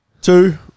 two